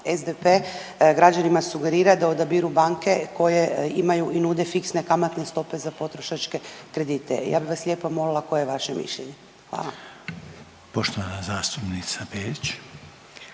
SDP građanima sugerira da odabiru banke koje imaju i nude fiksne stope za potrošačke kredite. Ja bi vas lijepo molila koje je vaše mišljenje. Hvala. **Reiner,